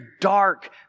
dark